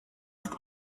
ist